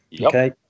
Okay